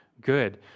good